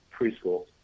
Preschool